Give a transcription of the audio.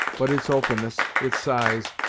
but its openness, its size,